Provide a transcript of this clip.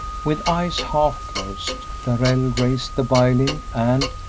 with eyes half closed, darrell raised the violin and,